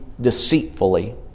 deceitfully